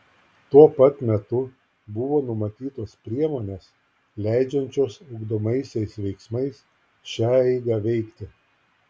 tuo pat metu buvo numatytos priemonės leidžiančios ugdomaisiais veiksmais šią eigą veikti